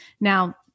now